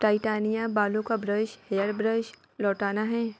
Titania بالوں کا brush hair brush لوٹانا ہے